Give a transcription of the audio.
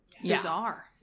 bizarre